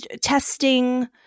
testing